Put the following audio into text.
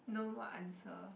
no more answer